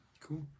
Cool